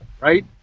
Right